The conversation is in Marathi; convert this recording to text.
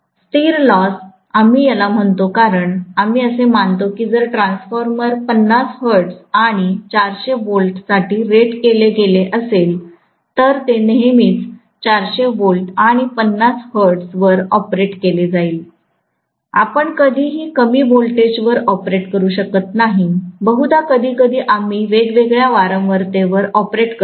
स्थिरलॉस आम्ही याला म्हणतो कारण आम्ही असे मानतो की जर ट्रान्सफॉर्मर 50Hz आणि 400V साठी रेट केले गेले असेल तर ते नेहमीच 400V आणि 50 Hz वर ऑपरेट केले जाईल आपण कधी ही कमी व्होल्टेज वर ऑपरेट करू शकत नाही बहुधा कधी कधी आम्ही वेगवेगळ्या वारंवारते वर ऑपरेट करतो